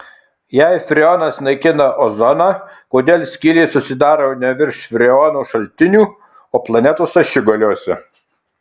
jei freonas naikina ozoną kodėl skylės susidaro ne virš freono šaltinių o planetos ašigaliuose